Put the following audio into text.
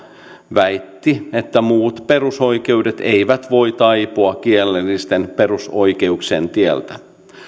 väitti että muut perusoikeudet eivät voi taipua kielellisten perusoikeuksien tieltä